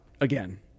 again